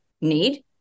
need